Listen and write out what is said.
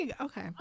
okay